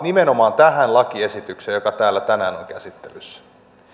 nimenomaan tähän lakiesitykseen joka täällä tänään on käsittelyssä